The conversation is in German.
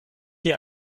hier